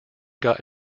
got